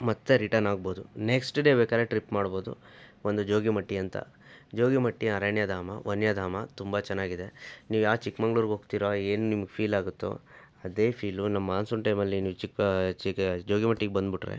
ಮತ್ತೆ ರಿಟನ್ ಆಗಬೋದು next day ಬೇಕಾರೆ ಟ್ರಿಪ್ ಮಾಡಬೋದು ಒಂದು ಜೋಗಿಮಟ್ಟಿ ಅಂತ ಜೋಗಿಮಟ್ಟಿ ಅರಣ್ಯಧಾಮ ವನ್ಯಧಾಮ ತುಂಬ ಚೆನ್ನಾಗಿದೆ ನೀವು ಯಾವ ಚಿಕ್ಕಮಗಳೂರಿಗೆ ಹೋಗ್ತೀರೋ ಏನು ನಿಮ್ಗೆ ಫೀಲ್ ಆಗುತ್ತೊ ಅದೇ ಫೀಲು ನಮ್ಮ ಮಾನ್ಸೂನ್ ಟೈಮಲ್ಲಿ ನೀವು ಚಿಕ್ಕ ಚಿಕ ಜೋಗಿಮಟ್ಟಿಗೆ ಬಂದ್ಬಿಟ್ರೆ